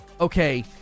Okay